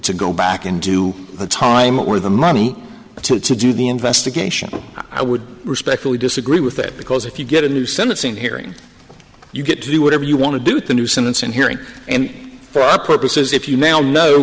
to go back and do the time or the money to to do the investigation i would respectfully disagree with that because if you get a new sentencing hearing you get to do whatever you want to do with the new sentencing hearing and for our purposes if you now kno